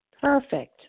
Perfect